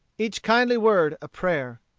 each kindly word a prayer.